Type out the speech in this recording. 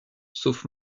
sauf